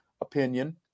opinion